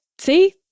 See